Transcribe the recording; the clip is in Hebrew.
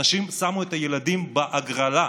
אנשים שמו את הילדים בהגרלה,